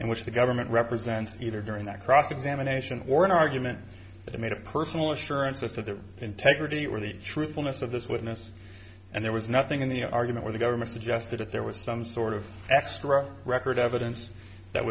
in which the government represents either during that cross examination or an argument that made a personal assurance of the integrity or the truthfulness of this witness and there was nothing in the argument or the government suggested if there was some sort of extra record evidence that